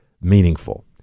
meaningful